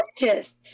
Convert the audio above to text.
gorgeous